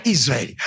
Israel